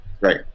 Right